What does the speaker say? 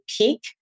peak